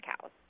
cows